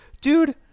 Dude